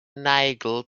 nigel